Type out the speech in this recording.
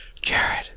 Jared